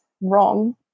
wrong